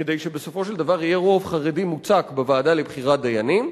כדי שבסופו של דבר יהיה רוב חרדי מוצק בוועדה לבחירת דיינים.